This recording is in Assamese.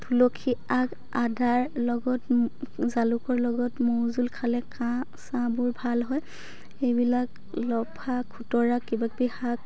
তুলসী আগ আদাৰ লগত জালুকৰ লগত মৌ জোল খালে কাঁহ চাঁহবোৰ ভাল হয় সেইবিলাক লফা খুতৰা কিবাকিবি শাক